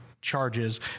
Charges